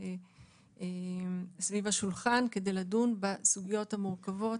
סביב השולחן כדי לדון בסוגיות המורכבות